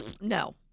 No